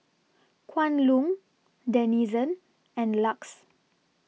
Kwan Loong Denizen and LUX